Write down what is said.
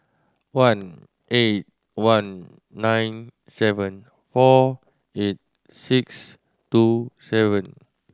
one eight one nine seven four eight six two seven